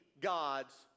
God's